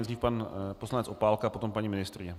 Nejdřív pan poslanec Opálka, potom paní ministryně.